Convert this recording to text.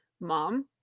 mom